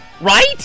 right